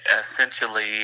essentially